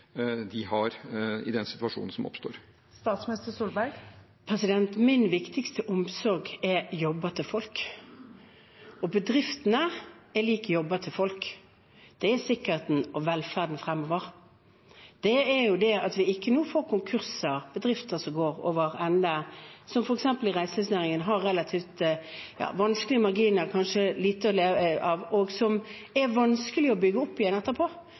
har, i den situasjonen som oppstår? Min viktigste omsorg er jobber til folk, og bedriftene er lik jobber til folk. Det er sikkerheten og velferden fremover. Det er at vi ikke nå får konkurser, bedrifter som går over ende, f.eks. i reiselivsnæringen, som har relativt vanskelige marginer, kanskje lite å leve av, og som det er vanskelig å bygge opp igjen etterpå.